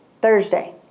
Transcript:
Thursday